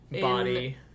body